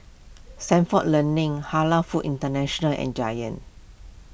Stalford Learning Halal Foods International and Giant